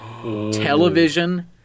Television